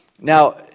Now